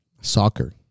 soccer